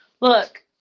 Look